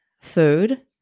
food